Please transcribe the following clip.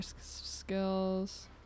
Skills